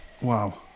Wow